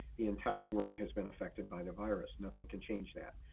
the entire world has been affected by the virus. nothing can change that.